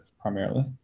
primarily